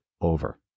over